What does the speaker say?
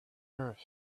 earth